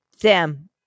Sam